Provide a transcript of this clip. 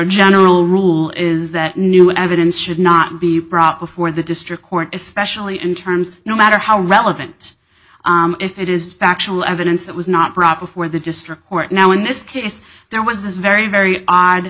general rule is that new evidence should not be proper for the district court especially in terms no matter how relevant it is factual evidence that was not proper for the district court now in this case there was this very very odd